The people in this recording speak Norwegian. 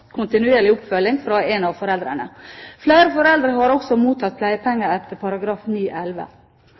kontinuerlig oppfølging fra en av foreldrene. Flere foreldre har også mottatt pleiepenger etter